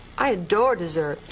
i adore dessert.